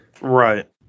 right